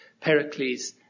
Pericles